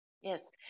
yes